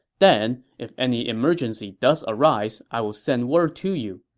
then, if any emergency does arise, i will send word to you.